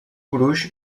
gruix